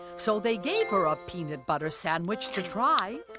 so, they gave her a peanut butter sandwich to try.